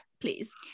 please